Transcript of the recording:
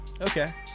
Okay